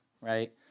right